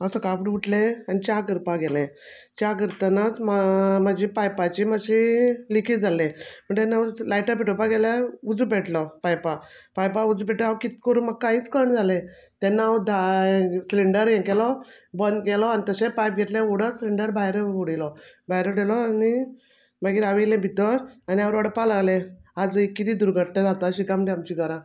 हांव सकाळ फुडें उठलें आनी च्या करपा गेलें च्या करत नाच म्हा म्हजी पायपाची मातशी लिकेज जाल्लें म्हणटा तेन्ना हांवच लायटर पेटोवपा गेल्यार उजो पेटलो पायपा पायपा उजो पेटलो हांव कित करूं म्हाका कांयच कळना जालें तेन्ना हांव दा सिलिंडर हे केलो बंद केलो आनी तशें पायप घेतलें ओडच सिलिंडर भायर उडयलो भायर उडयलो आनी मागीर हांव येयलें भितर आनी हांव रोडपा लागलें आज ही किदें दुर्घटना जाता अशी का म्हटलें आमची घरा